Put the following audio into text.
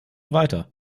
weiter